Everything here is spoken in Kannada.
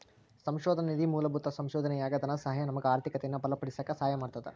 ಸಂಶೋಧನಾ ನಿಧಿ ಮೂಲಭೂತ ಸಂಶೋಧನೆಯಾಗ ಧನಸಹಾಯ ನಮಗ ಆರ್ಥಿಕತೆಯನ್ನ ಬಲಪಡಿಸಕ ಸಹಾಯ ಮಾಡ್ತದ